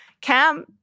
Cam